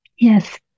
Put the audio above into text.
Yes